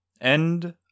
End